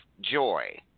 joy